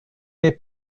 n’ai